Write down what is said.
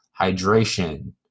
hydration